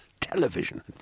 television